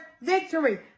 victory